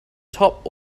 top